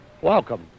welcome